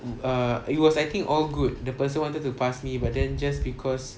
err it was I think all good the person wanted to pass me but then just because